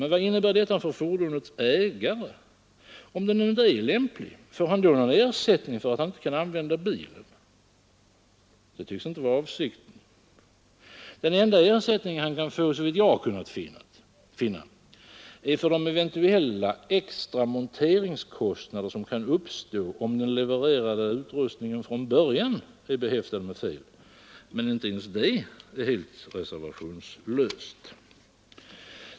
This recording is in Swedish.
Men vad innebär Onsdagen den detta för fordonets ägare? Om utrustningen nu inte är lämplig, får han då 22 flöveniber 1972 någon ersättning för att han inte kan använda bilen? Det tycks inte vara avsikten. Den enda ersättning han kan få, såvitt jag kunnat finna, är för de eventuella extra monteringskostnader som kan uppstå, om den levererade utrustningen från början är behäftad med fel — men inte ens det är helt reservationslöst.